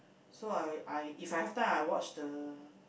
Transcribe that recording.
so I'll I If I have time I watch the